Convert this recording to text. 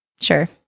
Sure